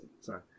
sorry